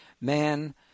man